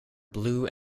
blue